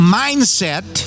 mindset